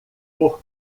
por